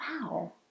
Wow